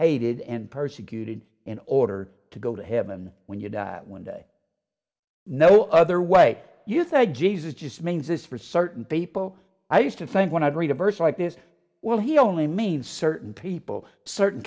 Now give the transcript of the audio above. hated and persecuted in order to go to heaven when you die one day no other way you said jesus just means this for certain people i used to think when i'd read a verse like this well he only mean certain people certain